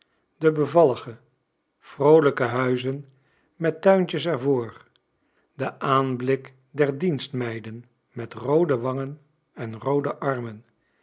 de bevallige vroolijke huizen met tuintjes er voor de aanblik der dienstmeiden met roode wangen en roode armen